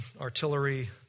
artillery